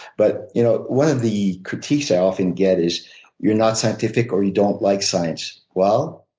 but you know one of the critiques i often get is you're not scientific or you don't like science. well,